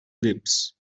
lips